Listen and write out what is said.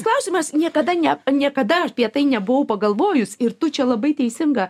klausimas niekada ne niekada apie tai nebuvau pagalvojus ir tu čia labai teisinga